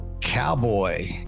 Cowboy